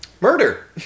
murder